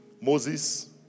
Moses